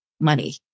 money